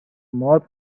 more